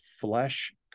flesh